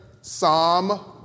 Psalm